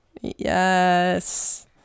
Yes